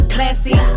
Classy